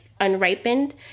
unripened